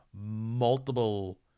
multiple